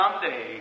someday